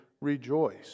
rejoice